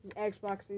Xbox